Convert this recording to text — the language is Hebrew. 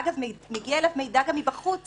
גם מגיע לגורם מידע מבחוץ